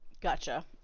Gotcha